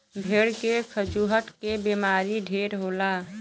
भेड़ के खजुहट के बेमारी ढेर होला